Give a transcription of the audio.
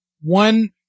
one